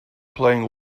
playing